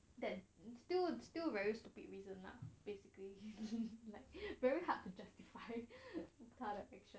that still still very stupid reason lah basically like very hard to justify 他的 action